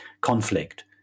conflict